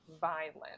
violent